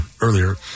earlier